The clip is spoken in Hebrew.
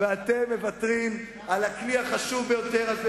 ואתם מוותרים על הכלי החשוב ביותר הזה,